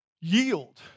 yield